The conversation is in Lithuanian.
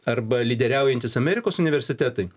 arba lyderiaujantys amerikos universitetai